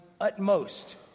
utmost